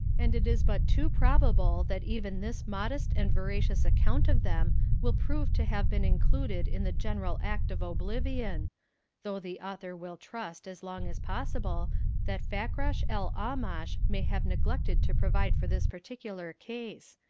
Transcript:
and it is but too probable that even this modest and veracious account of them will prove to have been included in the general act of oblivion though the author will trust as long as possible that fakrash-el-aamash may have neglected to provide for this particular case,